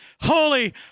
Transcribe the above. holy